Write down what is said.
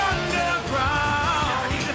Underground